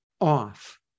off